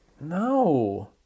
no